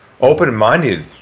open-minded